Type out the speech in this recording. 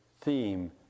theme